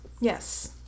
Yes